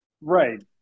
right